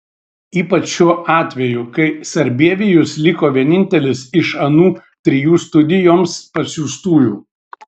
ypač šiuo atveju kai sarbievijus liko vienintelis iš anų trijų studijoms pasiųstųjų